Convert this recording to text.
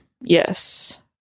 Yes